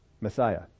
Messiah